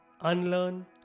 unlearn